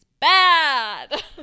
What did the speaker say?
Bad